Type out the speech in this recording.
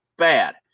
Bad